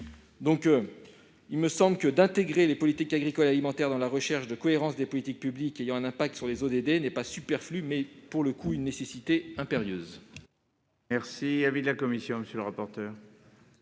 fait de l'autre. Intégrer les politiques agricoles alimentaires dans la recherche de cohérence des politiques publiques ayant un impact sur les ODD n'est pas superflu. Pour le coup, c'est même une nécessité impérieuse.